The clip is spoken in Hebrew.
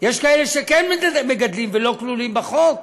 יש כאלה שכן מגדלים ולא כלולים בחוק,